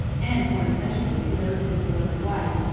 and more especially, to those of his beloved wife,